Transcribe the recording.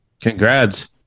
Congrats